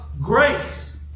grace